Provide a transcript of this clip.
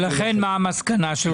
ולכן מה המסקנה שלך?